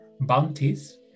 bounties